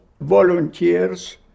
volunteers